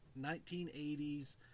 1980s